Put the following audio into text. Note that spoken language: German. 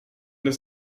dass